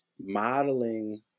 modeling